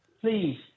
Please